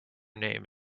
name